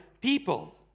people